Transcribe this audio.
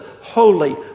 holy